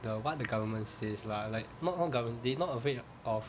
the what the government says lah like not not gover~ they not afraid of